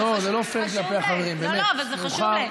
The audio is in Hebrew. חשוב להם.